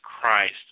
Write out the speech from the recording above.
Christ